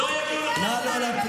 לא יגיעו לפה